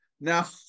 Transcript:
now